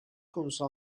konusu